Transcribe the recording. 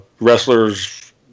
wrestlers